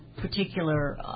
particular